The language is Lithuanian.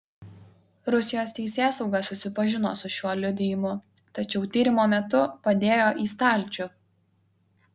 rusijos teisėsauga susipažino su šiuo liudijimu tačiau tyrimo metu padėjo į stalčių